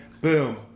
boom